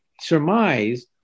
surmise